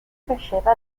cresceva